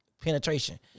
penetration